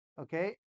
Okay